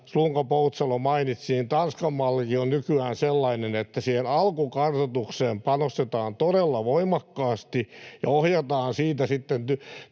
Slunga-Poutsalo mainitsi, niin Tanskan mallikin on nykyään sellainen, että siihen alkukartoitukseen panostetaan todella voimakkaasti ja ohjataan siitä sitten